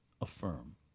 affirm